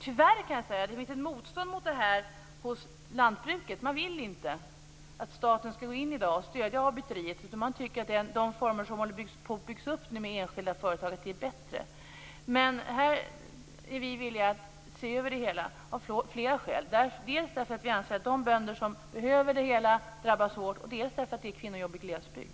Tyvärr finns det ett motstånd mot det här hos lantbruket, som inte vill att staten skall gå in och stödja avbyteriet utan tycker att de former som nu byggs upp med enskilda företag är bättre. Men vi är alltså villiga att se över det hela, av flera skäl. Dels anser vi att de bönder som behöver detta drabbas hårt, dels är det kvinnojobb i glesbygd.